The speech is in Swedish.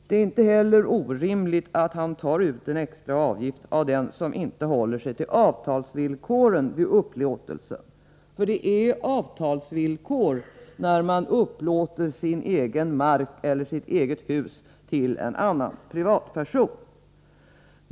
Det är inte heller orimligt att han tar ut en extra avgift av den som inte håller sig till avtalsvillkoren vid upplåtelsen, för det är avtalsvillkor när man upplåter sin egen mark eller sitt eget hus till en annan privatperson.